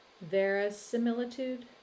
Verisimilitude